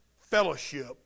fellowship